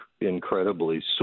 incredibly